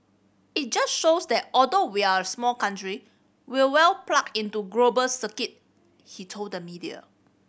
it just shows that although we're a small country we're well plugged into global circuit he told the media